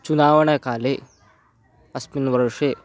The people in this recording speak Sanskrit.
चुनावण काले अस्मिन् वर्षे